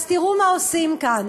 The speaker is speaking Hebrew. אז תראו מה עושים כאן.